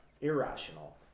irrational